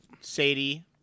Sadie